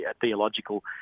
theological